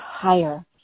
higher